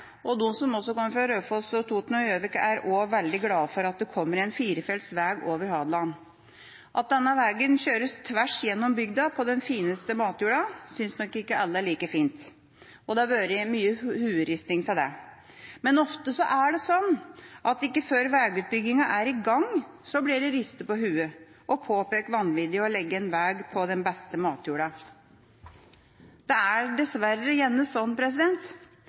også veldig glade for at det kommer en firefelts vei over Hadeland. At denne veien kjøres tvers gjennom bygda på den fineste matjorda, synes nok ikke alle er like fint. Det har vært mye hoderisting av det. Men ofte er det sånn at ikke før veiutbyggingen er i gang blir det ristet på hodet og påpekt vanviddet i å legge en vei på den beste matjorda. Det er dessverre